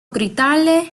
gritarle